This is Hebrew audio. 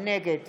נגד